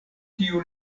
tiu